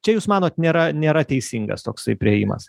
čia jūs manot nėra nėra teisingas toksai priėjimas